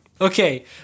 Okay